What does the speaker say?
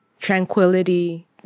tranquility